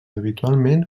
habitualment